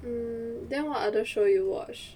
mm then what other show you watch